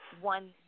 one